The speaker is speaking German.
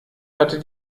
hatte